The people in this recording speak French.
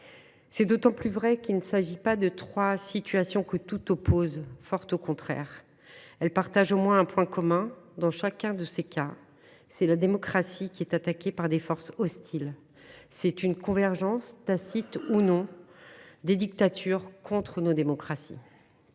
C’est d’autant plus nécessaire qu’il ne s’agit pas de trois situations que tout oppose, bien au contraire. Elles partagent au moins un point commun : dans chacun de ces cas, c’est la démocratie qui est attaquée par des forces hostiles. Elles révèlent une convergence, tacite ou non, des dictatures contre nos démocraties.